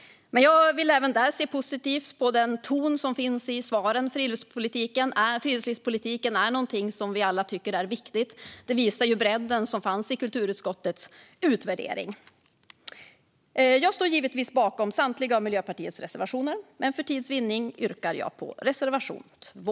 Men jag vill även där se positivt på den ton som finns i svaren, för friluftslivspolitiken är någonting som vi alla tycker är viktigt. Det visar den bredd som fanns i kulturutskottets utvärdering. Jag står givetvis bakom Miljöpartiets samtliga reservationer, men för tids vinning yrkar jag bifall endast till reservation 2.